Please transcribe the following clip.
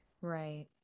Right